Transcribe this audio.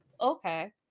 Okay